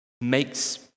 makes